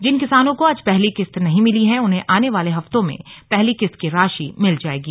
जिन किसानों को आज पहली किश्त नहीं मिली है उन्हें आने वाले हफ्तों में पहली किस्त की राशि मिल जाएगी